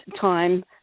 time